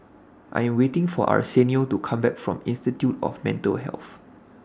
I Am waiting For Arsenio to Come Back from Institute of Mental Health